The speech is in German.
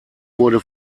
wurde